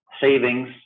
savings